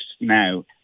now